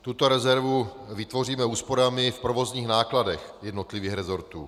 Tuto rezervu vytvoříme úsporami v provozních nákladech jednotlivých resortů.